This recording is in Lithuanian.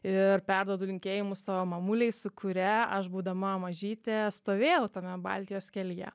ir perduodu linkėjimus savo mamulei su kuria aš būdama mažytė stovėjau tame baltijos kelyje